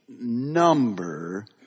number